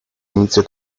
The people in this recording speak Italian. inizio